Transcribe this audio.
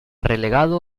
relegado